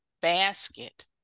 basket